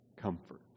comfort